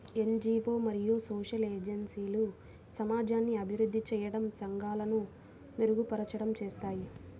NGO మరియు social ఏజెన్సీలు సమాజాన్ని అభివృద్ధి చేయడం, సంఘాలను మెరుగుపరచడం చేస్తాయి